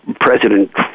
president